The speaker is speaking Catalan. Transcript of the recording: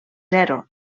zero